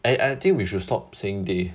I I think we should stop saying they